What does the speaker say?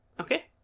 Okay